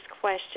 question